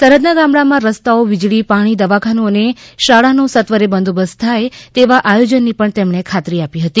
સરહદના ગામડામાં રસ્તાઓ વીજળી પાણી દવાખાનું અને શાળાનો સત્વરે બંદોબસ્ત થાય તેવા આયોજનની પણ તેમને ખાતરી આપી હતી